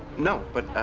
no, but,